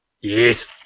Yes